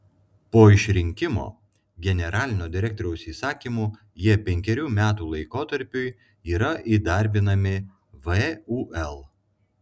po išrinkimo generalinio direktoriaus įsakymu jie penkerių metų laikotarpiui yra įdarbinami vul